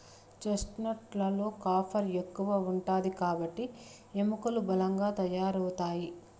chestnut లలో copper ఎక్కువ ఉంటాది కాబట్టి ఎముకలు బలంగా తయారవుతాయి